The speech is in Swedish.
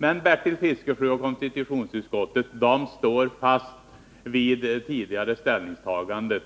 Men Bertil Fiskesjö och konstitutionsutskottet står fast vid tidigare ställningstaganden.